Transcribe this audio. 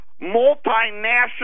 multinational